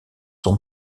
son